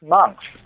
months